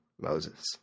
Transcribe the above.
Moses